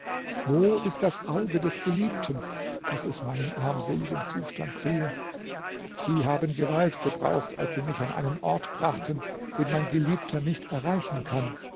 wo ist das auge des geliebten daß es meinen armseligen zustand sehe sie haben gewalt gebraucht als sie mich an einen ort brachten den mein geliebter nicht erreichen kann